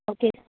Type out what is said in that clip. okay